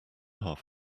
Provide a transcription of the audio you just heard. half